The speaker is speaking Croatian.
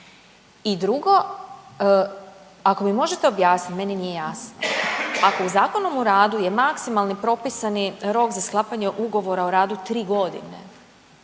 I drugo, ako mi možete objasniti meni nije jasno ako u Zakonom o radu je maksimalni propisani rok za sklapanje ugovora o radu 3 godine,